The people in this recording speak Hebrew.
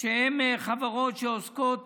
שהן חברות שעוסקות